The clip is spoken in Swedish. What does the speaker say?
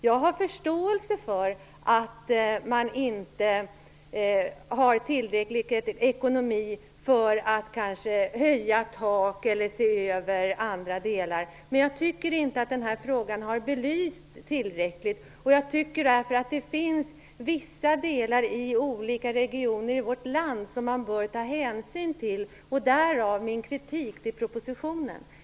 Jag har förståelse för att man kanske inte har tillräcklig ekonomi för att höja det s.k. taket eller se över andra delar. Men jag tycker inte att den frågan har belysts tillräckligt. Det finns vissa delar i olika regioner i vårt land som man bör ta hänsyn till, och därav min kritik mot propositionen.